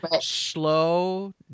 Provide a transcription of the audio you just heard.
Slow